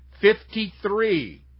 Fifty-three